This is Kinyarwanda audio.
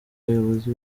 bayobozi